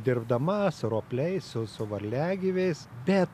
dirbdama su ropliais su su varliagyviais bet